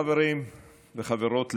חברים וחברות,